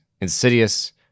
insidious